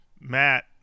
Matt